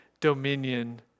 Dominion